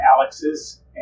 Alex's